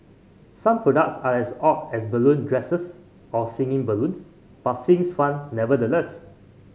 some products are as odd as balloon dresses or singing balloons but seems fun nevertheless